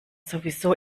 sowieso